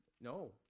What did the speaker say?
No